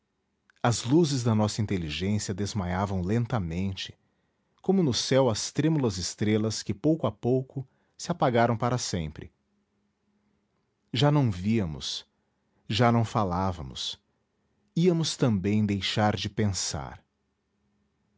as luzes da nossa inteligência desmaiavam lentamente como no céu as trêmulas estrelas que pouco a pouco se apagaram para sempre já não víamos já não falávamos íamos também deixar de pensar